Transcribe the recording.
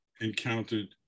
encountered